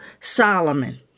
Solomon